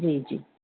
जी जी